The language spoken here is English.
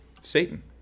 Satan